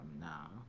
now